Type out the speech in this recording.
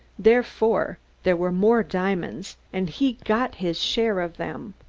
therefore, there were more diamonds, and he got his share of them.